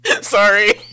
Sorry